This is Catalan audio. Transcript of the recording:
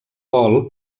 vol